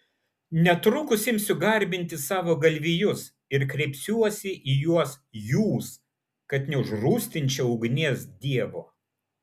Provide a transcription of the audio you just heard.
netrukus imsiu garbinti savo galvijus ir kreipsiuosi į juos jūs kad neužrūstinčiau ugnies dievo